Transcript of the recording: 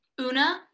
Una